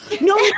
No